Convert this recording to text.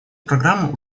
программы